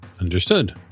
Understood